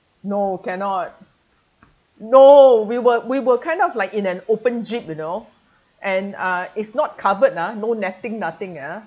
no cannot no we were we were kind of like in an open jeep you know and uh it's not covered ah no netting nothing ah